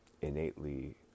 innately